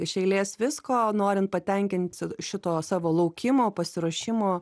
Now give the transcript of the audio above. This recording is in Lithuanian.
iš eilės visko norint patenkinti šito savo laukimo pasiruošimo